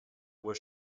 was